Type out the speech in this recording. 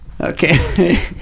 Okay